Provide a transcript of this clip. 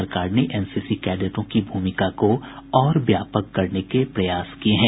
सरकार ने एनसीसी कैडेटों की भूमिका को और व्यापक करने के प्रयास किए हैं